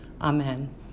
Amen